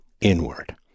inward